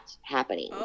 happening